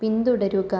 പിന്തുടരുക